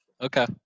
Okay